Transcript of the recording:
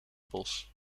bos